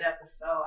episode